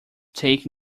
take